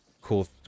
cool